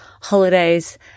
holidays